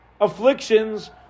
afflictions